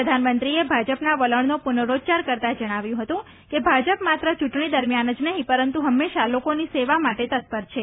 પ્રધાનમંત્રીએ ભાજપના વલણનો પુનરોચ્ચાર કરતાં જણાવ્યું હતું કે ભાજપ માત્ર ચૂંટણી દરમ્યાન જ નહીં પરંતુ હંમેશા લોકોની સેવા માટે તત્પર છે